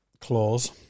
clause